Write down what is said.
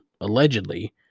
allegedly